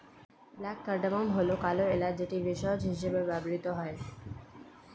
black cardamom হল কালো এলাচ যেটি ভেষজ হিসেবে ব্যবহৃত হয়